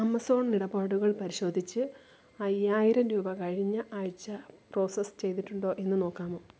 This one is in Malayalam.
ആമസോൺ ഇടപാടുകൾ പരിശോധിച്ച് അയ്യായിരം രൂപ കഴിഞ്ഞ ആഴ്ച പ്രോസസ് ചെയ്തിട്ടുണ്ടോ എന്ന് നോക്കാമോ